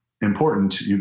important